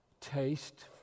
taste